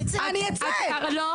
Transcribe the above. לא, לא.